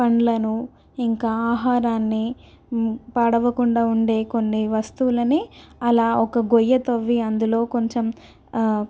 పళ్ళని ఇంకా ఆహారాన్ని పాడవకుండా ఉండే కొన్ని వస్తువులని అలా ఒక గొయ్యి తవ్వి అందులో కొంచెం